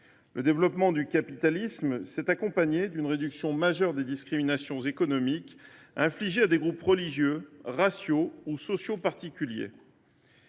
Le développement du capitalisme s’est accompagné d’une réduction majeure des discriminations économiques infligées à des groupes religieux, raciaux ou sociaux particuliers.